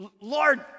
Lord